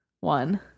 one